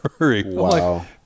Wow